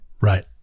right